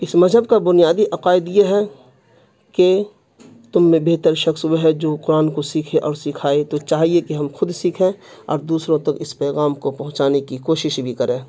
اس مذہب کا بنیادی عقائد یہ ہے کہ تم میں بہتر شخص وہ ہے جو قرآن کو سیکھے اور سکھائے تو چاہیے کہ ہم خود سیکھیں اور دوسروں تک اس پیغام کو پہنچانے کی کوشش بھی کریں